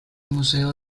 museo